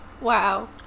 Wow